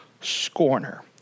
scorner